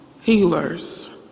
healers